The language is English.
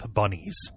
bunnies